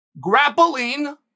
grappling